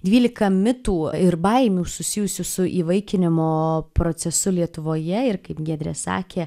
dvylika mitų ir baimių susijusių su įvaikinimo procesu lietuvoje ir kaip giedrė sakė